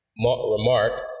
remark